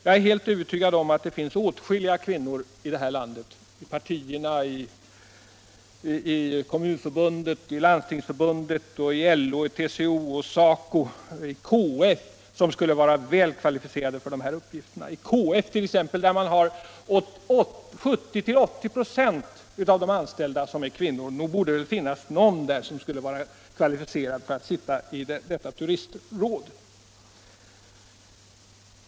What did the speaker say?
Jag är övertygad om att det finns åtskilliga kvinnor i landet, i partierna, Kommunförbundet, Landstingsförbundet, LO, TCO, SACO/SR och KF, som skulle vara väl kvalificerade för de här uppgifterna. I KF t.ex., där 70-80 96 av de anställda är kvinnor, borde det väl finnas någon som skulle vara kvalificerad att sitta i detta turistråd.